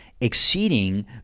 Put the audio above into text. exceeding